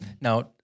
Now